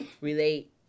relate